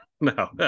no